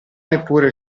neppure